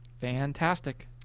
Fantastic